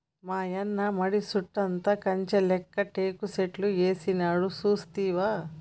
మాయన్న మడి సుట్టుతా కంచె లేక్క టేకు సెట్లు ఏసినాడు సూస్తివా